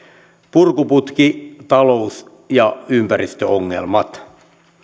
purkuputki talous ja ympäristöongelmat